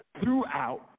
throughout